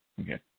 Okay